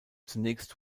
zunächst